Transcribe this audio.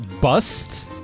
Bust